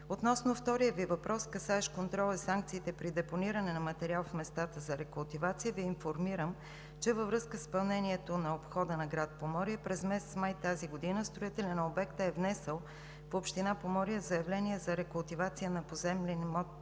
Относно втория Ви въпрос, касаещ контрола и санкциите при депониране на материал в местата за рекултивация, Ви информирам, че във връзка с изпълнението на обхода на град Поморие през месец май тази година строителят на обекта е внесъл в община Поморие заявление за рекултивация на поземлен имот